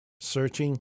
searching